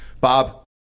Bob